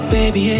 Baby